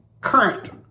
current